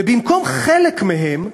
ובמקום חלק מהם,